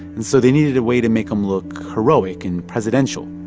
and so they needed a way to make him look heroic and presidential.